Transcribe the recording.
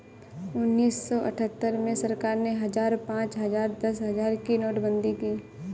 उन्नीस सौ अठहत्तर में सरकार ने हजार, पांच हजार, दस हजार की नोटबंदी की